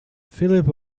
philip